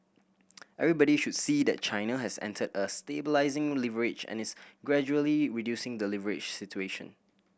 everybody should see that China has entered a stabilising leverage and is gradually reducing the leverage situation